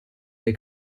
dei